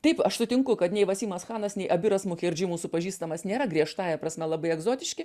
taip aš sutinku kad nei vasimas chanas nei abiras mukerdžy mūsų pažįstamas nėra griežtąja prasme labai egzotiški